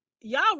y'all